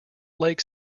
lake